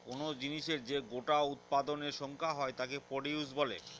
কোন জিনিসের যে গোটা উৎপাদনের সংখ্যা হয় তাকে প্রডিউস বলে